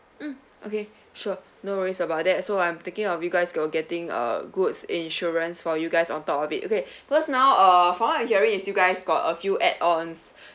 mm okay sure no worries about that so I'm taking of you guys going to getting uh goods insurance for you guys on top of it okay because now uh from what I'm hearing is you guys got a few add ons